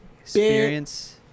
Experience